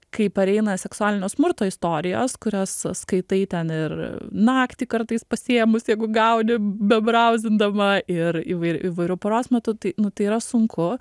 kai pareina seksualinio smurto istorijos kurias skaitai ten ir naktį kartais pasiėmus jeigu gauni bebrauzindama ir įvair įvairiu paros metu tai nu tai yra sunku